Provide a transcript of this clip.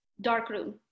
Darkroom